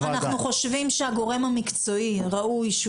אנחנו חושבים שהגורם המקצועי ראוי שהוא